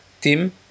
Tim